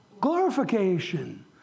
glorification